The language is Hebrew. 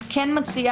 אני כן מציעה,